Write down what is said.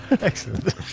Excellent